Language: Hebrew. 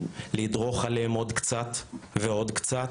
לדרוך עליהם עוד קצת ועוד קצת,